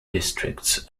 districts